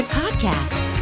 podcast